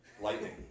Lightning